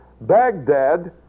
Baghdad